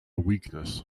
weakness